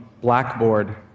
blackboard